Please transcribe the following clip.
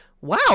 Wow